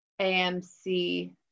AMC